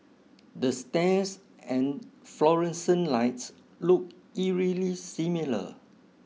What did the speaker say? the stairs and fluorescent lights look eerily similar